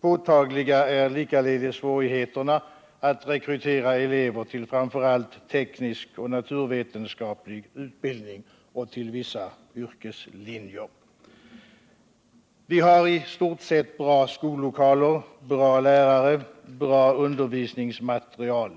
Påtagliga är likaledes svårigheterna att rekrytera elever till framför allt teknisk och naturvetenskaplig utbildning och till vissa yrkeslinjer. Vi har i stort sett bra skollokaler, bra lärare, bra undervisningsmateriel.